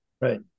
right